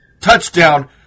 touchdown